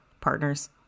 partners